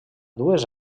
dues